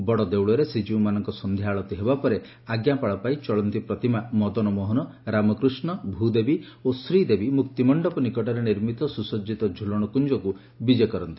ବଡଦେଉଳରେ ଶ୍ରୀକୀଉମାନଙ୍କର ସନ୍ଧ୍ୟା ଆଳତୀ ହେବା ପରେ ଆଙ୍କାମାଳ ପାଇ ଚଳନ୍ତି ପ୍ରତିମା ମଦନମୋହନ ରାମକୃଷ୍ଠ ଭ୍ରଦେବୀ ଓ ଶ୍ରୀଦେବୀ ମୁକ୍ତିମଣ୍ଡପ ନିକଟରେ ନିର୍ମିତ ସୁସଜିତ ଝୁଲଣ କୁଞ୍ଞକୁ ବିଜେ କରିଥିଲେ